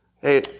Hey